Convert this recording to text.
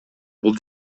бул